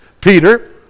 Peter